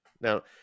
Now